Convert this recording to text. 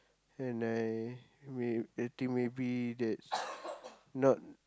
and I may I think maybe that's not